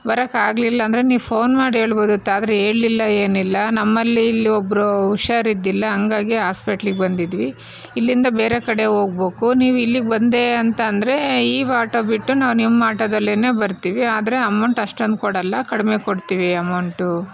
ಬರೋಕ್ಕೆ ಆಗ್ಲಿಲ್ಲ ಅಂದರೆ ನೀವು ಫೋನ್ ಮಾಡಿ ಹೇಳ್ಬೋದಿತ್ತು ಆದರೆ ಹೇಳಿಲ್ಲ ಏನಿಲ್ಲ ನಮ್ಮಲ್ಲಿ ಇಲ್ಲಿ ಒಬ್ರು ಹುಷಾರು ಇದ್ದಿಲ್ಲ ಹಾಗಾಗಿ ಹಾಸ್ಪೆಟ್ಲಿಗೆ ಬಂದಿದ್ವಿ ಇಲ್ಲಿಂದ ಬೇರೆ ಕಡೆ ಹೋಗ್ಬೇಕು ನೀವು ಇಲ್ಲಿಗೆ ಬಂದೇ ಅಂತಂದರೆ ಈ ವಾಟೋ ಬಿಟ್ಟು ನಾವು ನಿಮ್ಮ ಆಟೋದಲ್ಲೆನೆ ಬರ್ತೀವಿ ಆದರೆ ಅಮೌಂಟ್ ಅಷ್ಟೊಂದು ಕೊಡಲ್ಲ ಕಡಿಮೆ ಕೊಡ್ತೀವಿ ಅಮೌಂಟು